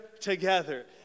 together